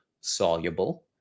soluble